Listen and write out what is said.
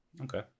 okay